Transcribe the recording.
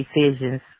decisions